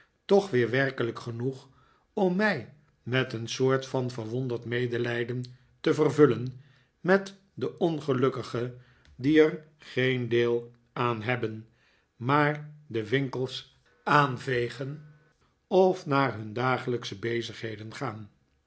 toch weer werkelijk genoeg om mij met een soort van verwonderd medelijden te vervullen met de ongelukkigen die er geen dee aan hebben maar de winkels aanvegen of naar hun dagelijksche bezigheden gaan